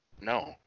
No